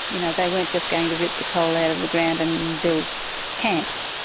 you know, they weren't just going to rip the coal out of the ground and build camps.